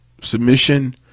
submission